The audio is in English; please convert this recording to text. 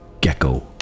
Gecko